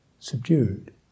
Subdued